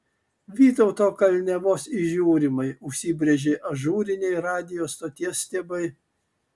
vytauto kalne vos įžiūrimai užsibrėžė ažūriniai radijo stoties stiebai